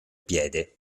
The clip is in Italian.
piede